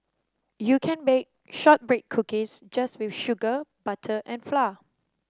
you can bake shortbread cookies just with sugar butter and flour